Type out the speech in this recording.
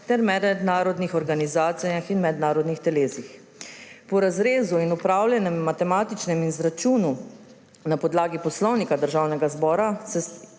ter mednarodnih organizacijah in mednarodnih telesih. Po razrezu in opravljenem matematičnem izračunu na podlagi Poslovnika Državnega zbora